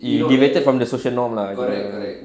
you diverted from the social norm lah kira